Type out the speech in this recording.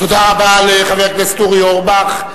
תודה רבה לחבר הכנסת אורי אורבך.